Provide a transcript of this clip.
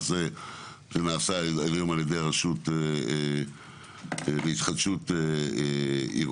שנעשה היום על ידי הרשות להתחדשות עירונית